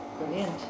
brilliant